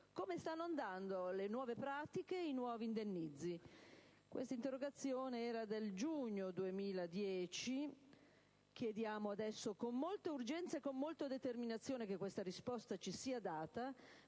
come stanno andando le nuove pratiche e i nuovi indennizzi. L'interrogazione era del giugno 2010; chiediamo adesso con molta urgenza e determinazione che questa risposta ci sia data,